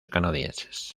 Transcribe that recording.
canadienses